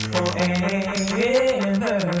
Forever